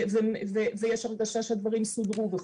ויש הרגשה שהדברים סודרו וכו'.